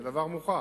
זה דבר מוכח.